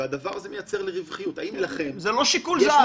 כשהדבר הזה מייצר לי רווחיות -- זה לא שיקול זר.